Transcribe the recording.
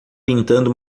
pintando